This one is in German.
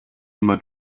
immer